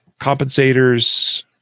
compensators